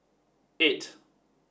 eight